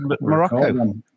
Morocco